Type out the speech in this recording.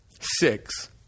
six